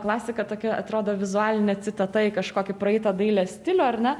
klasika tokia atrodo vizualinė citata į kažkokį praeitą dailės stilių ar ne